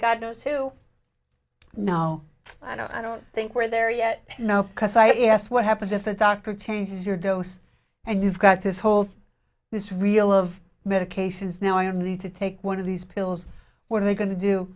those who now i know i don't think we're there yet now because i asked what happens if the doctor changes your dose and you've got this whole this real of medications now i don't need to take one of these pills were they going to do